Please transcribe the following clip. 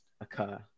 occur